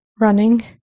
running